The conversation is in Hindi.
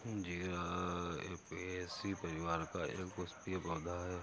जीरा ऍपियेशी परिवार का एक पुष्पीय पौधा है